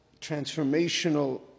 transformational